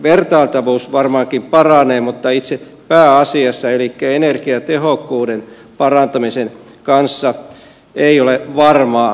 vertailtavuus varmaankin paranee mutta itse pääasiassa elikkä energiatehokkuuden parantamisen kanssa ei ole varmaa